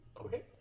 Okay